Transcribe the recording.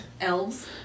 Elves